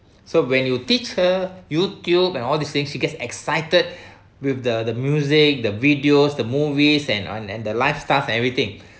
so when you teach her Youtube and all these things she gets excited with the the music the videos the movies and on and the lifestyles and everything